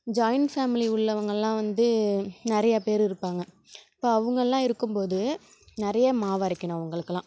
joint family உள்ளவங்கள்லாம் வந்து நிறையா பேர் இருப்பாங்க இப்போ அவங்கள்லாம் இருக்கும் போது நிறைய மாவு அரைக்கணும் அவுங்களுக்கெல்லாம்